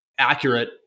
accurate